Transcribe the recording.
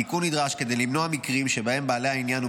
התיקון נדרש כדי למנוע מקרים שבהם בעלי העניין או